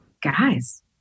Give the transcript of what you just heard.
guys